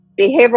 behavioral